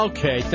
Okay